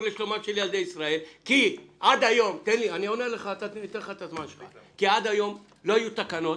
לשלומם של ילדי ישראל כי עד היום לא היו תקנות,